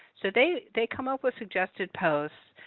so they they come up with suggested posts.